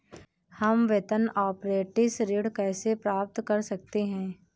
हम वेतन अपरेंटिस ऋण कैसे प्राप्त कर सकते हैं?